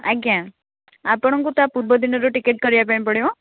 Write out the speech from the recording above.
ଆଜ୍ଞା ଆପଣଙ୍କୁ ତା'ପୂର୍ବଦିନରୁ ଟିକେଟ୍ କରିବା ପାଇଁ ପଡ଼ିବ